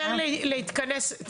להתכנס יותר.